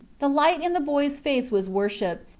the light in the boy's face was worship,